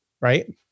right